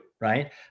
Right